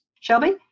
Shelby